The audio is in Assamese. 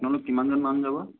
আপোনালোক কিমানজনমান যাব